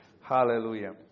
Hallelujah